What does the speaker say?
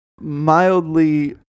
Mildly